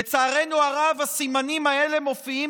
לצערנו הרב, הסימנים האלה מופיעים